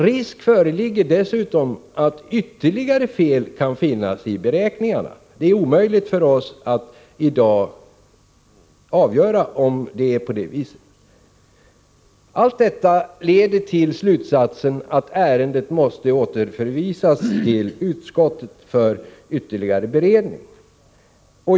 Risk föreligger dessutom att ytterligare fel kan finnas i beräkningarna. Det är omöjligt för oss att i dag avgöra om det är på det viset. Allt detta leder till slutsatsen att ärendet måste återförvisas till utskottet för ytterligare beredning.